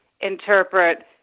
interpret